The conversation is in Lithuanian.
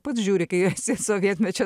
pats žiūri kai esi sovietmečio